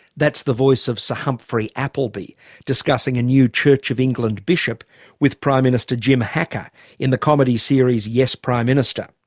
that's the voice of sir so humphrey appleby discussing a new church of england bishop with prime minister jim hacker in the comedy series yes, prime minister.